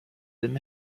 them